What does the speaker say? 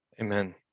Amen